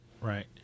right